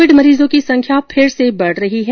Covid मरीजों की संख्या फिर से बढ़ रही है